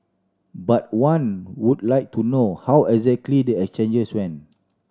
but one would like to know how exactly the exchanges went